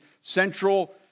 central